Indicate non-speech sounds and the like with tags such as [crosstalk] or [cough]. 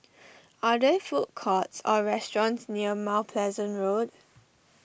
[noise] are there food courts or restaurants near Mount Pleasant Road